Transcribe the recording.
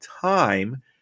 time